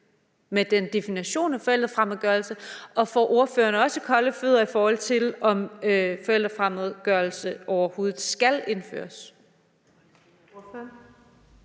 med den definition af forældrefremmedgørelse? Og får ordføreren også kolde fødder, i forhold til om definitionen forældrefremmedgørelse overhovedet skal indføres?